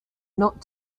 not